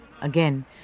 Again